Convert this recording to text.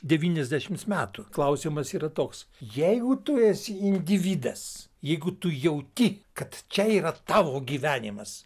devyniasdešims metų klausimas yra toks jeigu tu esi individas jeigu tu jauti kad čia yra tavo gyvenimas